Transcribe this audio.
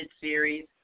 series